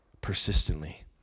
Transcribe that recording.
persistently